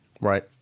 Right